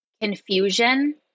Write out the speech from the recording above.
confusion